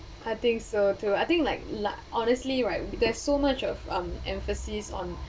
I think so too I think like la~ honestly right there's so much of um emphasis on